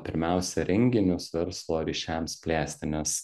pirmiausia renginius verslo ryšiams plėsti nes